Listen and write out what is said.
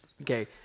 Okay